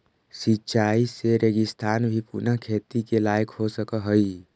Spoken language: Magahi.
सिंचाई से रेगिस्तान भी पुनः खेती के लायक हो सकऽ हइ